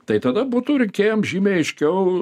tai tada būtų rinkėjam žymiai aiškiau